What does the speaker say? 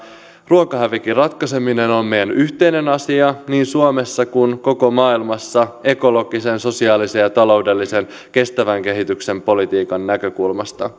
ruokahävikin ratkaiseminen on meidän yhteinen asiamme niin suomessa kuin koko maailmassa ja se on ekologisen sosiaalisen ja taloudellisen kestävän kehityksen politiikan näkökulmasta